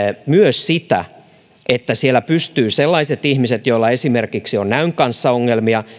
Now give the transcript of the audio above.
myös sitä että sellaiset ihmiset pystyisivät toimimaan joilla esimerkiksi on näön kanssa ongelmia